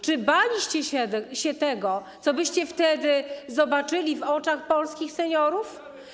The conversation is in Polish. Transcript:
Czy baliście się tego, co byście wtedy zobaczyli w oczach polskich seniorów?